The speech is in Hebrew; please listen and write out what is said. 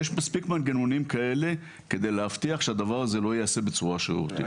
יש מספיק מנגנונים כדי להבטיח שהדבר הזה לא יעשה בצורה שרירותית.